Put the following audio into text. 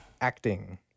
Acting